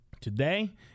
today